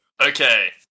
Okay